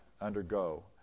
undergo